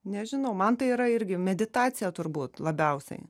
nežinau man tai yra irgi meditacija turbūt labiausiai